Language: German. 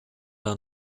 der